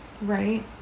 Right